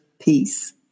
peace